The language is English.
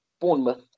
Bournemouth